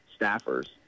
staffers